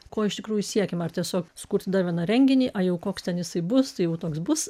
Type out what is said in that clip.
ko iš tikrųjų siekiama ar tiesiog sukurti dar vieną renginį o jau koks ten jisai bus tai jau toks bus